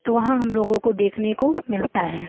तो वहाँ हम लोगों को देखने को मिलता है